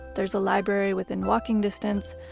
there's a library within walking distance,